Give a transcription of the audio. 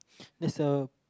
there's a